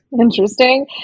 Interesting